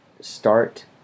start